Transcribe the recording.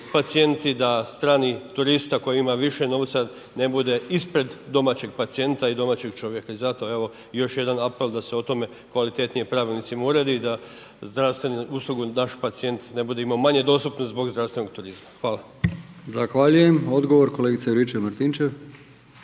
da strani turisti koji imaju više novca ne bude ispred domaćeg pacijenta i domaćeg čovjeka i zato evo još jednom apel da se o tome kvalitetnije pravilnici urede i da zdravstvenu uslugu naš pacijent ne bude imao manje dostupnu zbog zdravstvenog turizma. Hvala. **Brkić, Milijan (HDZ)** Zahvaljujem, odgovor kolegica Juričev-Martinčev.